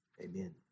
Amen